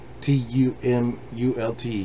tumult